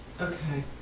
Okay